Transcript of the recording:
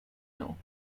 know